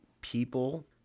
people